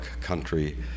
country